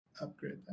upgrade